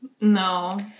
No